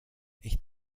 ich